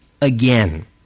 again